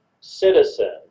citizen